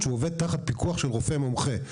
שהוא עובד תחת פיקוח של רופא מומחה.